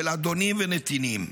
של אדונים ונתינים.